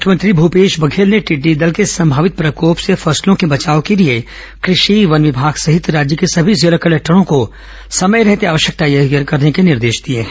मुख्यमंत्री भूपेश बधेल ने टि्डडी दल के संभावित प्रकोप से फसलों के बचाव के लिए कृषि वन विभाग सहित राज्य के सभी जिला कलेक्टरों को समय रहते आवश्यक तैयारी करने के निर्देश दिए हैं